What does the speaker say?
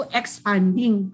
expanding